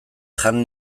jan